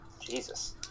Jesus